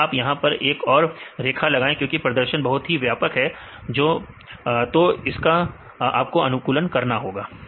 अगर आप यहां पर एक और रेखा लगाएं क्योंकि प्रदर्शन बहुत व्यापक है तो इसका आपको अनुकूलन करना होगा